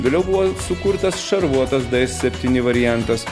vėliau buvo sukurtas šarvuotas septyni variantas